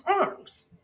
arms